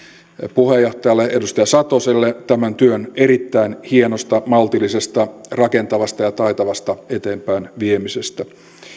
puheenjohtajalle edustaja satoselle tämän työn erittäin hienosta maltillisesta rakentavasta ja taitavasta eteenpäinviemisestä